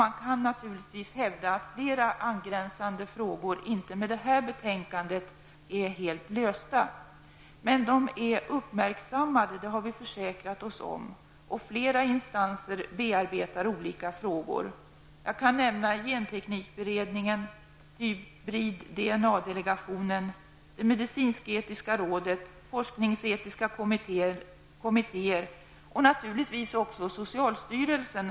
Man kan naturligtvis hävda att fler angränsande frågor i och med detta betänkande inte är helt lösta. Men vi har försäkrat oss om att de är uppmärksammade. Flera instanser bearbetar nu olika frågor. Jag kan nämna genteknikberedningen, Hybrid DNA delegationen, det medicinsk-etiska rådet, forskningsetiska kommittéer och naturligtvis också socialstyrelsen.